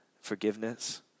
forgiveness